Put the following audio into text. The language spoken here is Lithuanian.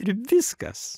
ir viskas